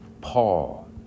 Paul